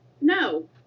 No